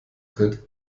tritt